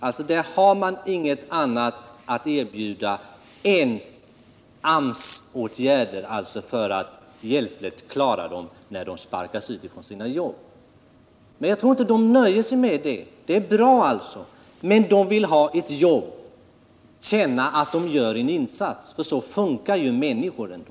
Ni har ingenting annat att erbjuda än AMS-åtgärder för att hjälpligt klara situationen när de sparkas ut från sina jobb. Men jag tror inte de nöjer sig med det. AMS-åtgärder är bra, men de vill ha ett jobb, känna att de gör en insats, för så fungerar människorna.